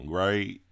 right